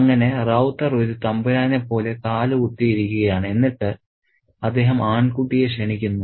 അങ്ങനെ റൌത്തർ ഒരു തമ്പുരാനെപ്പോലെ കാലു കുത്തി ഇരിക്കുകയാണ് എന്നിട്ട് അദ്ദേഹം ആൺകുട്ടിയെ ക്ഷണിക്കുന്നു